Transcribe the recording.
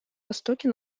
востоке